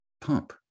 Pump